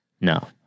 No